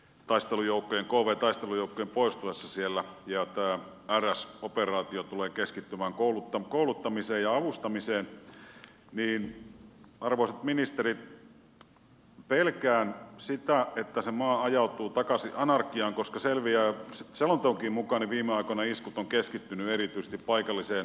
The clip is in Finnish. taistelujoukkojen poistuessa sieltä ja tämä rs operaatio tulee keskittymään kouluttamiseen ja avustamiseen niin arvoisat ministerit pelkään sitä että se maa ajautuu takaisin anarkiaan koska selonteonkin mukaan viime aikoina iskut ovat keskittyneet erityisesti paikallisiin turvallisuusviranomaisiin